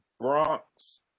Bronx